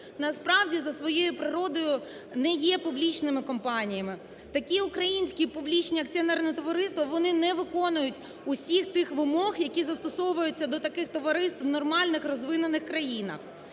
насправді за своєю природою не є публічними компаніями. Такі українські публічні акціонерні товариства, вони не виконують всіх тих вимог, які застосовуються до таких товариств в нормальних розвинених країнах.